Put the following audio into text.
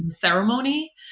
ceremony